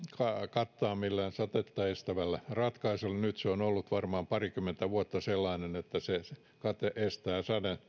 kattaa millään sadetta estävällä ratkaisulla nyt se on ollut varmaan parikymmentä vuotta sellainen että kate estää